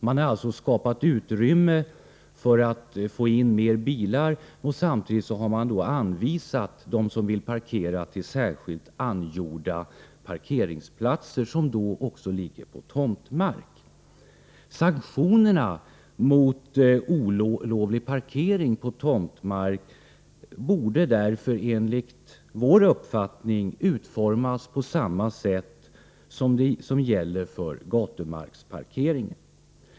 Man har alltså skapat utrymme för att få in mer bilar, och samtidigt har man hänvisat dem som vill parkera till särskilt iordninggjorda parkeringsplatser, som då också ligger på tomtmark. Sanktionerna mot olovlig parkering på tomtmark borde därför enligt vår uppfattning utformas på samma sätt som de sanktioner som gäller för gatumarksparkeringen.